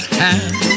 hand